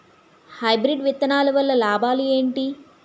Hybrid విత్తనాలు వల్ల లాభాలు ఏంటి?